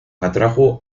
atrajo